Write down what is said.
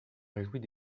réjouis